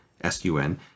S-U-N